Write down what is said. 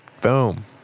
Boom